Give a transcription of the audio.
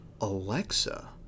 Alexa